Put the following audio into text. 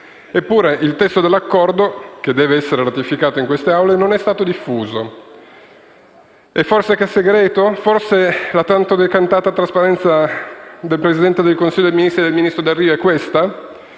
Eppure, il testo dell'accordo, che deve essere ratificato in queste Aule, non è stato diffuso: è forse segreto? È forse questa la tanto decantata trasparenza del Presidente del Consiglio dei ministri e del ministro Delrio?